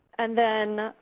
and then